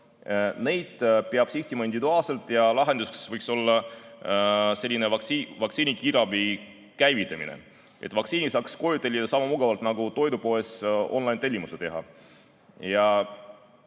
neid peab sihtima individuaalselt. Lahendus võiks olla selline vaktsiini kiirabi käivitamine, et vaktsiini saaks koju tellida sama mugavalt nagu toidupoesonline-tellimuse teha.